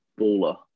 Baller